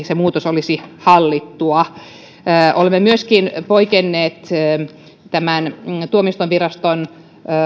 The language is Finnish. se muutos olisi hallittua olemme myöskin poikenneet tämän tuomioistuinviraston